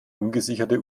ungesicherte